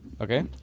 Okay